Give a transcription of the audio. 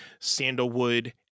Sandalwood